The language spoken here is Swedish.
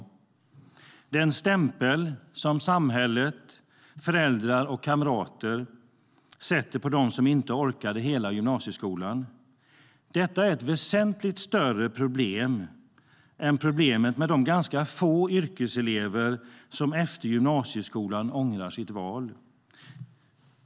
Det handlar om den stämpel som samhället, föräldrar och kamrater sätter på dem som inte orkade hela gymnasieskolan. Detta är ett väsentligt större problem än problemet med de ganska få yrkeselever som efter gymnasieskolan ångrar sitt val.